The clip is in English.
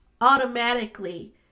automatically